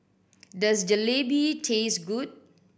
does Jalebi taste good